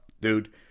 dude